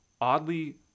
oddly